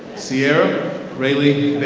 sierra rayley